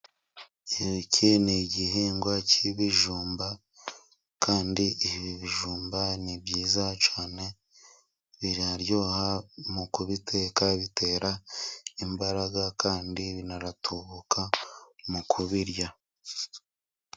Iki ni igihingwa cy'ibijumba, kandi ibi bijumba ni byiza cyane biraryoha, mu kubiteka bitera imbaraga, kandi binaratubuka mu kubirya.